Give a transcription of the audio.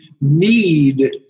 need